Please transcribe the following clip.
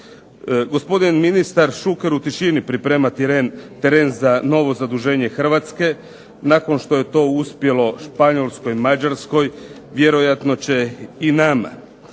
Gospodin ministar Šuker u tišini priprema teren za novo zaduženje Hrvatske, nakon što je to uspjelo Španjolskoj, Mađarskoj, vjerojatno će i nama.